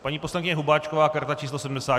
Paní poslankyně Hubáčková karta číslo 74.